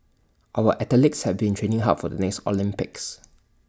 our athletes have been training hard for the next Olympics